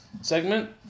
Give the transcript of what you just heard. segment